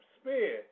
spear